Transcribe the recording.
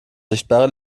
sichtbare